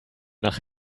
nach